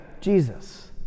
Jesus